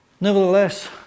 Nevertheless